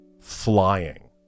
flying